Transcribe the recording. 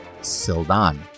Sildan